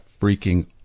freaking